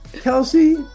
Kelsey